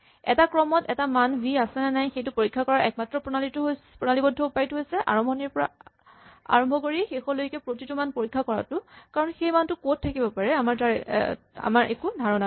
এটা ক্ৰমত এটা মান ভি আছেনে নাই সেইটো পৰীক্ষা কৰাৰ একমাত্ৰ প্ৰণালীবদ্ধ উপায়টো হৈছে আৰম্ভণিৰ পৰা আৰম্ভ কৰি শেষলৈকে প্ৰতিটো মান পৰীক্ষা কৰাটো কাৰণ সেই মানটো ক'ত থাকিব পাৰে আমাৰ একো ধাৰণা নাই